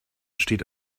steht